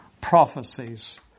prophecies